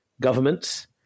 governments